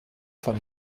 von